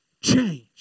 change